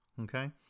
okay